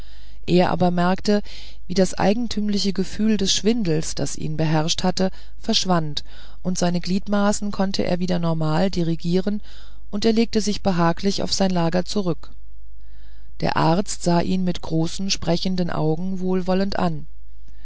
er aber merkte wie das eigentümliche gefühl des schwindels das ihn beherrscht hatte verschwand seine gliedmaßen konnte er wieder normal dirigieren und er legte sich behaglich auf sein lager zurück der arzt sah ihn mit seinen großen sprechenden augen wohlwollend an